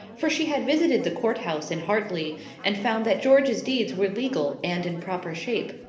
for she had visited the court house in hartley and found that george's deeds were legal, and in proper shape.